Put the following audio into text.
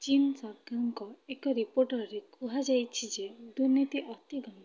ଚୀନ୍ ସରକାରଙ୍କ ଏକ ରିପୋର୍ଟରେ କୁହାଯାଇଛି ଯେ ଦୁର୍ନୀତି ଅତି ଗମ୍ଭୀର